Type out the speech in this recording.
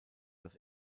das